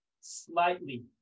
slightly